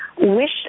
wish